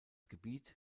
gebiet